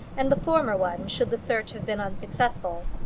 and the former one should the search have been unsuccessful.